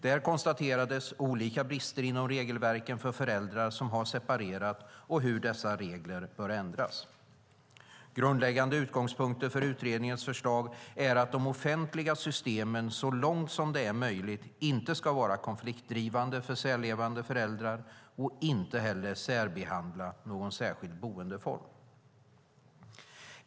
Där konstaterades olika brister inom regelverken för föräldrar som har separerat och hur dessa regler bör ändras. Grundläggande utgångspunkter för utredningens förslag är att de offentliga systemen så långt som det är möjligt inte ska vara konfliktdrivande för särlevande föräldrar och inte heller särbehandla någon särskild boendeform.